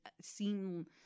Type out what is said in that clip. seem